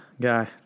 guy